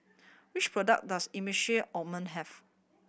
which product does Emulsying Ointment have